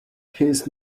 his